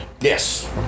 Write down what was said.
yes